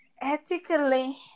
Ethically